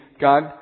God